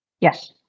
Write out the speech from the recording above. Yes